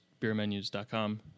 beermenus.com